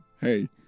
hey